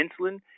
insulin